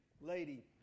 lady